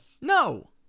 No